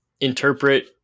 Interpret